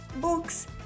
books